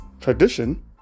tradition